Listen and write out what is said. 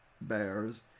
Bears